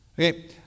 Okay